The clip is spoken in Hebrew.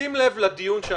אני